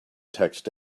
text